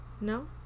No